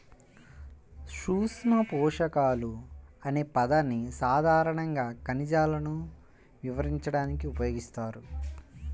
సూక్ష్మపోషకాలు అనే పదాన్ని సాధారణంగా ఖనిజాలను వివరించడానికి ఉపయోగిస్తారు